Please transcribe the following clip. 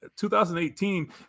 2018